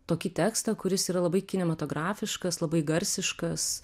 tokį tekstą kuris yra labai kinematografiškas labai garsiškas